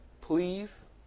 please